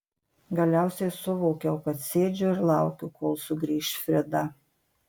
galiausiai suvokiau kad sėdžiu ir laukiu kol sugrįš frida